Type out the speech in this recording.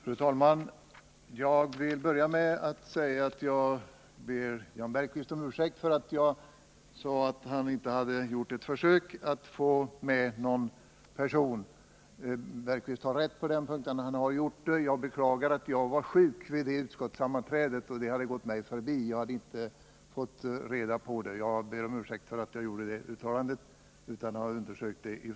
Fru talman! Jag vill börja med att be Jan Bergqvist om ursäkt för att jag sade att han inte gjort något försök att få med någon person. Jan Bergqvist har rätt på den punkten — han har gjort ett försök. Jag var sjuk när det utskottssammanträdet hölls, och det hela gick mig förbi. Jag ber om ursäkt för att jag gjorde det uttalandet utan att ha undersökt saken.